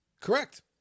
Correct